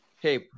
hey –